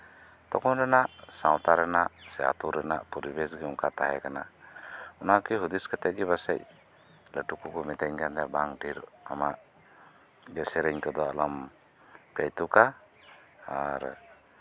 ᱛᱚᱠᱷᱚᱱ ᱨᱮᱭᱟᱜ ᱥᱟᱶᱛᱟ ᱨᱮᱭᱟᱜ ᱥᱮ ᱟᱹᱛᱩ ᱨᱮᱭᱟᱜ ᱯᱚᱨᱤᱵᱮᱥ ᱜᱮ ᱱᱚᱝᱠᱟ ᱛᱟᱦᱮᱸ ᱠᱟᱱᱟ ᱚᱱᱟ ᱠᱚ ᱦᱩᱫᱤᱥ ᱠᱟᱛᱮᱫ ᱜᱮ ᱯᱟᱞᱮ ᱞᱟᱹᱴᱩ ᱠᱚᱠᱚ ᱢᱮᱛᱟᱹᱧ ᱠᱟᱱᱟ ᱛᱟᱦᱮᱸᱫ ᱵᱟᱝ ᱟᱢᱟᱜ ᱡᱮᱭᱥᱮ ᱥᱮᱹᱨᱮᱹᱧ ᱠᱚᱫᱚ ᱟᱞᱚᱢ ᱠᱟᱹᱭᱛᱩᱠᱼᱟ ᱟᱨ